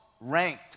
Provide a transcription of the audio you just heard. ranked